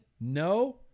No